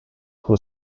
who